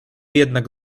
jednak